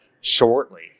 shortly